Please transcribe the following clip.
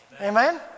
Amen